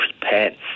prepared